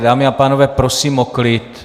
Dámy a pánové, prosím o klid.